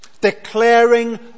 declaring